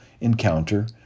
encounter